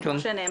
כי כפי שנאמר,